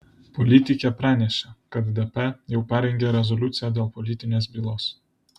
politikė pranešė kad dp jau parengė rezoliuciją dėl politinės bylos